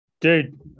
Dude